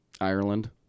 Ireland